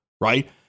right